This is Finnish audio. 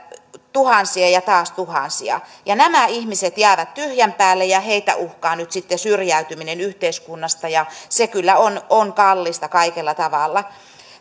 tuhansia ja taas tuhansia ja nämä ihmiset jäävät tyhjän päälle heitä uhkaa nyt sitten syrjäytyminen yhteiskunnasta ja se kyllä on kallista kaikella tavalla